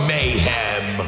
Mayhem